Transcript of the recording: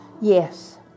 Yes